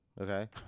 Okay